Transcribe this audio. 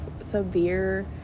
severe